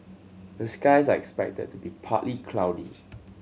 the skies are expected to be partly cloudy